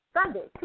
Sunday